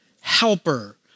helper